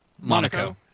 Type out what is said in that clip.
Monaco